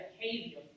behavior